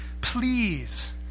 please